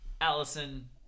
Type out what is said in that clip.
Allison